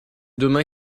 demain